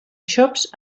xops